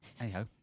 Hey-ho